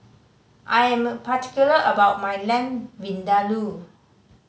I am particular about my Lamb Vindaloo